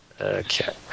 Okay